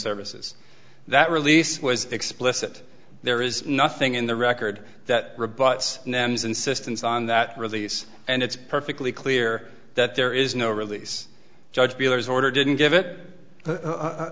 services that release was explicit there is nothing in the record that rebuts nam's insistence on that release and it's perfectly clear that there is no release judge bueller's order didn't give it